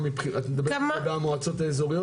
את מדברת לגבי המועצות האזוריות?